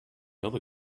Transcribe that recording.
other